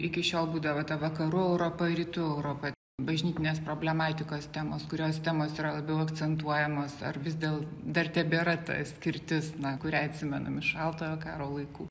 iki šiol būdavo ta vakarų europa rytų europa bažnytinės problematikos temos kurios temos yra labiau akcentuojamos ar vis dėl dar tebėra ta skirtis na kurią atsimenam iš šaltojo karo laikų